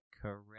Correct